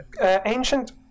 ancient